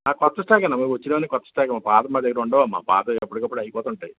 ఆ కొత్త స్టాకే అమ్మా వచ్చినవి అన్నీ కొత్త స్టాకే అమ్మ పాతవి మా దగ్గర ఉండవు అమ్మా పాతవి ఎప్పటికి అప్పుడు అయిపోతూ ఉంటాయి